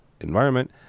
environment